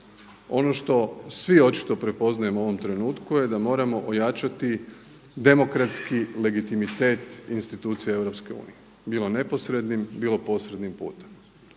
Ono što svi očito prepoznajemo u ovom trenutku je da moramo ojačati demokratski legitimitet institucija EU bilo neposrednim, bilo posrednim putem.